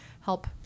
help